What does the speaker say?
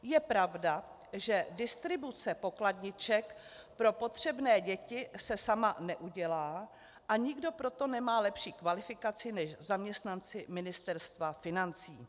Je pravda, že distribuce pokladniček pro potřebné děti se sama neudělá a nikdo pro to nemá lepší kvalifikaci než zaměstnanci Ministerstva financí.